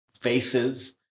faces